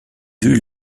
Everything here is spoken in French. vue